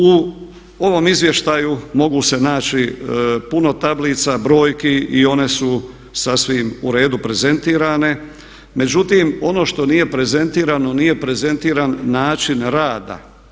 U ovom izvještaju mogu se naći puno tablica, brojki i one su sasvim u redu prezentirane međutim ono što nije prezentirano, nije prezentiran način rada.